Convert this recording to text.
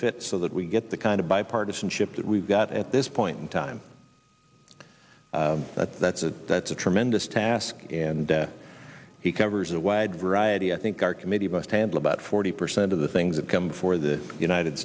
fit so that we get the kind of bipartisanship that we've got at this point in time that's that's a that's a tremendous task and he covers a wide variety i think our committee must handle about forty percent of the things that come before the united